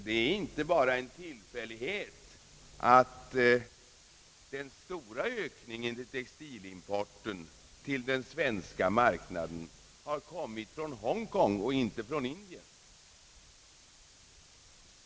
Det är inte bara en tillfällighet att den stora ökningen i textilimporten till den svenska marknaden har kommit från Hongkong och inte från Indien.